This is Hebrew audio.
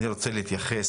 אני רוצה להתייחס